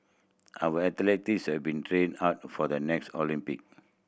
our athletes have been training hard for the next Olympic